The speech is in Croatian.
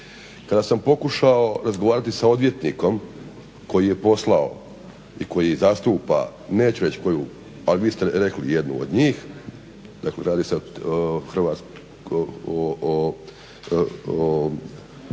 Kada sam pokušao razgovarati sa odvjetnikom koji je poslao i koji zastupa neću reći koju, ali vi ste rekli jednu od njih, dakle radi se o telekomu,